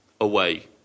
away